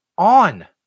on